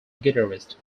guitarist